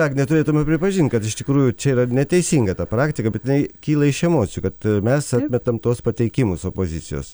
agne turėtumėm pripažint kad iš tikrųjų čia yra neteisinga ta praktika bet inai kyla iš emocijų kad mes atmetam tuos pateikimus opozicijos